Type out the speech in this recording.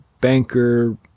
banker